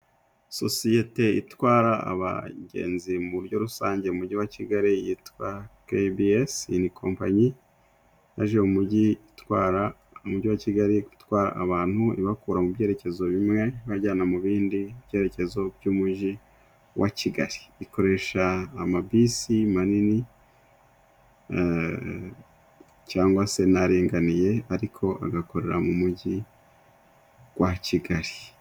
Sosiyete itwara abagenzi mu buryo rusange mu mujyi wa Kigali yitwa Kebiyesi. Iyi ni kompanyi yaje umujyi itwara mu mujyi wa Kigali gutwara abantu ibakura mu byerekezo bimwe ibajyana mu bindi byerekezo by'umujyi wa Kigali. Ikoresha amabisi manini cyangwa se n'aringaniye ariko agakorera mu mujyi wa Kigali.